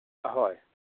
ꯍꯣꯏ